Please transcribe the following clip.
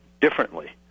differently